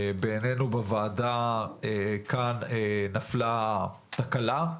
בעינינו בוועדה כאן נפלה תקלה,